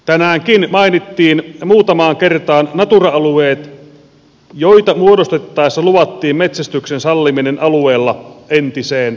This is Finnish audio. tänäänkin mainittiin muutamaan kertaan natura alueet joita muodostettaessa luvattiin metsästyksen salliminen alueella entiseen tapaan